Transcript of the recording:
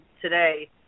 today